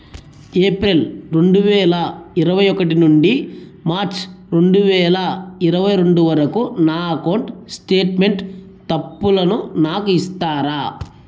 April రెండు వేల ఇరవై ఒకటి నుండి మార్చ్ రెండు వేల ఇరవై రెండు వరకు నా అకౌంట్ స్టేట్మెంట్ తప్పులను నాకు ఇస్తారా?